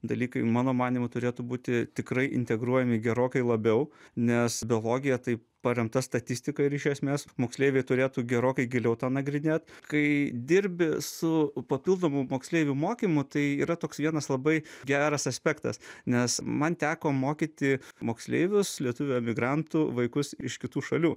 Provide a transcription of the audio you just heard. dalykai mano manymu turėtų būti tikrai integruojami gerokai labiau nes biologija tai paremta statistika ir iš esmės moksleiviai turėtų gerokai giliau tą nagrinėt kai dirbi su papildomu moksleivių mokymu tai yra toks vienas labai geras aspektas nes man teko mokyti moksleivius lietuvių emigrantų vaikus iš kitų šalių